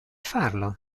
farlo